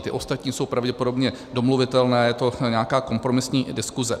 Ty ostatní jsou pravděpodobně domluvitelné, je to nějaká kompromisní diskuse.